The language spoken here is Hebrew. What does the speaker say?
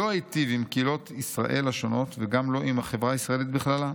לא היטיב עם קהילות ישראל השונות וגם לא עם החברה הישראלית בכללה.